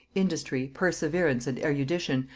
industry, perseverance, and erudition,